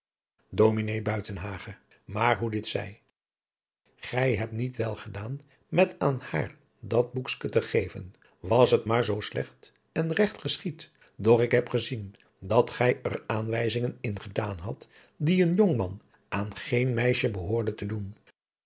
maar hoe dit zij gij hebt niet wel gedaan met aan haar dat boekske te geven was het nog maar zoo slecht en regt geschied doch ik heb gezien dat gij er aanwijzingen in gedaan hadt die een jongman aan geen meisje behoorde te doen